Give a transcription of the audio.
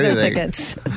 tickets